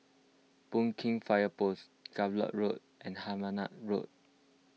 Boon Keng Fire Post Gallop Road and Hemmant Road